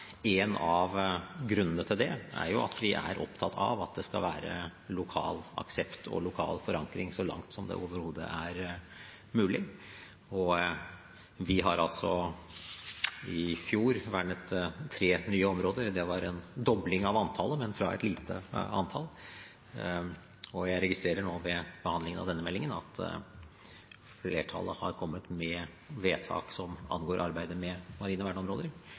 av grunnene til det er at vi er opptatt av at det skal være lokal aksept og lokal forankring så langt det overhodet er mulig. Vi har altså i fjor vernet tre nye områder, det var en dobling av antallet, men fra et lite antall. Jeg registrerer nå, ved behandlingen av denne meldingen, at flertallet har kommet med vedtak som angår arbeidet med marine verneområder,